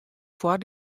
foar